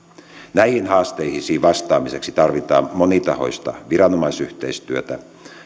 näihin haasteisiin vastaamiseksi tarvitaan monitahoista viranomaisyhteistyötä